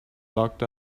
locked